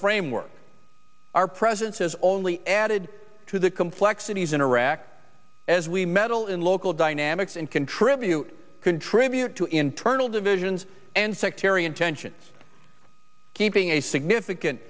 framework our presence has only added to the complexities in iraq as we meddle in local dynamics and contribute contribute to internal divisions and sectarian tensions keeping a significant